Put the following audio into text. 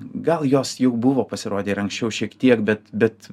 gal jos jau buvo pasirodę ir anksčiau šiek tiek bet bet